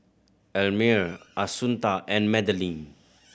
Elmire Assunta and Madeleine